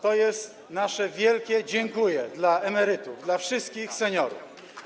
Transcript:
To jest nasze wielkie dziękuję dla emerytów, dla wszystkich seniorów.